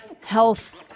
health